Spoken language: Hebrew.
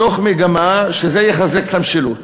מתוך מגמה שזה יחזק את המשילות